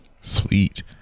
sweet